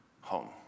home